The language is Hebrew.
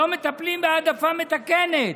לא מטפלים בהעדפה מתקנת,